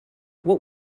what